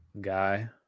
guy